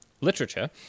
Literature